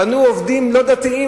פנו עובדים לא דתיים,